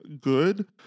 good